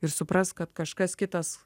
ir suprask kad kažkas kitas